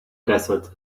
desert